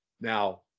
Now